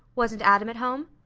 wasn't adam at home?